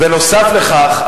נוסף על כך,